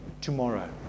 Tomorrow